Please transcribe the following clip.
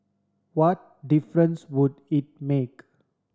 what difference would it make